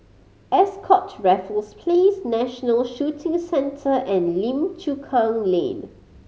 Ascott Raffles Place National Shooting Centre and Lim Chu Kang Lane